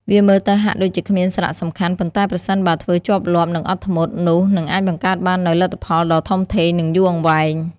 វាមើលទៅហាក់ដូចជាគ្មានសារៈសំខាន់ ប៉ុន្តែប្រសិនបើធ្វើជាប់លាប់ និងអត់ធ្មត់ នោះនឹងអាចបង្កើតបាននូវ លទ្ធផលដ៏ធំធេង និងយូរអង្វែង។